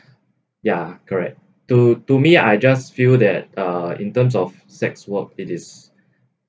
ya correct to to me I just feel that uh in terms of sex work it is